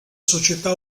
società